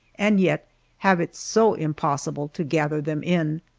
and yet have it so impossible to gather them in!